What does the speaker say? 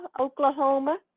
Oklahoma